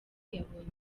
yabonye